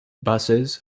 buses